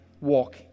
Walk